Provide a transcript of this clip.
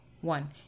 one